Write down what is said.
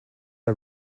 are